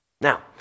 Now